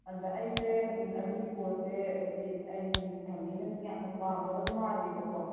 ꯑꯗꯨꯗ ꯑꯩꯁꯦ ꯑꯗꯨꯒꯤ ꯄꯣꯠꯁꯦ ꯍꯥꯏꯕꯗꯤ ꯑꯩꯒꯤ ꯐꯦꯃꯤꯂꯤꯅꯁꯨ ꯌꯥꯝꯅ ꯄꯥꯝꯒꯗꯕ ꯃꯥꯜꯂꯦꯕꯀꯣ